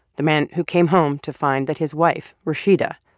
the man who came home to find that his wife, rashida,